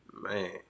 Man